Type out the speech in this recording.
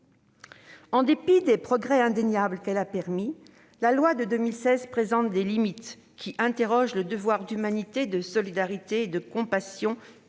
En dépit des progrès indéniables qu'elle a permis, la loi de 2016 présente des limites qui interrogent le devoir d'humanité, de solidarité et de compassion incombant